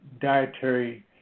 dietary